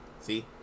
See